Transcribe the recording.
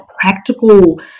practical